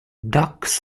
ducks